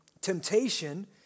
Temptation